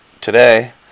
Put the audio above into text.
today